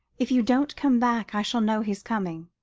if you don't come back i shall know he's coming.